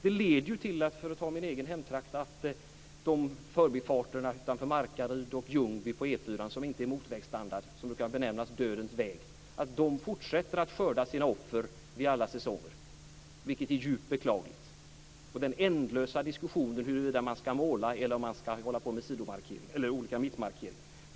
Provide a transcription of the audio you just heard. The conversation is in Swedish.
För att ta min egen hemtrakt kan jag säga att det också leder till att förbifarterna utanför Markaryd och Ljungby på E 4:an som inte är av motorvägsstandard och som brukar benämnas dödens väg fortsätter att skörda sina offer vid alla säsonger. Detta är djupt beklagligt. Vi har också den ändlösa diskussionen huruvida man ska måla eller hålla på med olika mittmarkeringar.